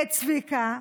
צביקה,